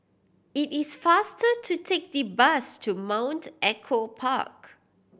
it is faster to take the bus to Mount Echo Park